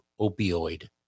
opioid